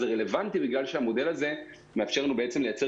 זה רלוונטי בגלל שהמודל הזה מאפשר לנו לייצר